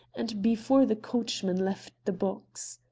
and before the coachman left the box.